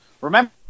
Remember